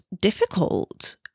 difficult